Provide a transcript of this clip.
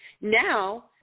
Now